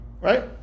Right